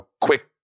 quick